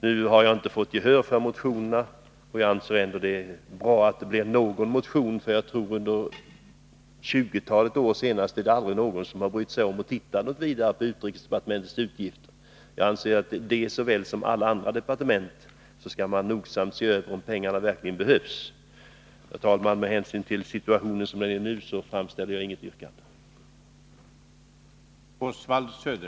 Vi har inte fått gehör för våra förslag i motionen, men jag anser ändå att det var bra att motionen väcktes, för under de senaste 20 åren har ingen brytt sig om att titta närmare på utrikesdepartementets utgifter. Jag anser att man där lika väl som när det gäller andra departement nogsamt skall se över om pengarna verkligen behövs. Herr talman! Med hänsyn till situationen, som den är nu, ställer jag inget yrkande.